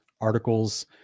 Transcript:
articles